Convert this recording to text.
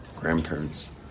grandparents